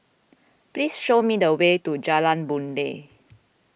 please show me the way to Jalan Boon Lay